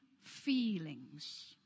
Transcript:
feelings